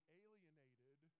alienated